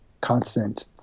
constant